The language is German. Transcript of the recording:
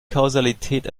kausalität